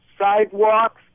sidewalks